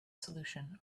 solution